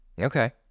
Okay